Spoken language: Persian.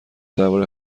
درباره